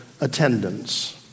attendance